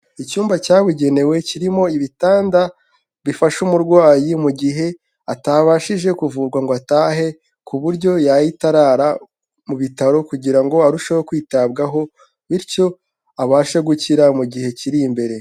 Icyumba cyabugenewe kirimo ibitanda bifasha umurwayi mu gihe atabashije kuvurwa ngo atahe, ku buryo yahita arara mu bitaro, kugira ngo arusheho kwitabwaho, bityo abashe gukira mu gihe kiri imbere.